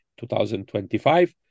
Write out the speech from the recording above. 2025